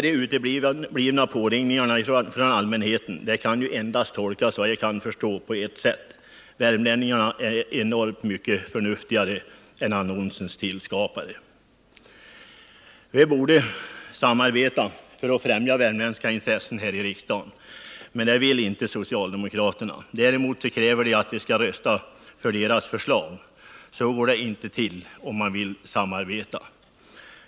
De uteblivna påringningarna från allmänheten kan endast tolkas på ett sätt: Värmlänningarna är enormt mycket förnuftigare än annonsens skapare. Vi borde samarbeta i riksdagen för att främja värmländska intressen. Men det vill inte socialdemokraterna. Däremot kräver de att vi skall rösta för deras förslag. Så går det inte till om man vill samarbeta.